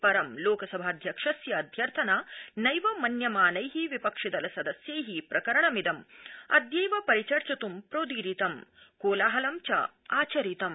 परं लोकसभाध्यक्षस्य अध्यर्थना नैव मन्यमानै विपक्षिदलसदस्यै प्रकरणमिदम् अद्यैव परिचर्चित् प्रोदितम् कोलाहलं चाचरितम्